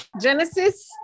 Genesis